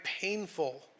painful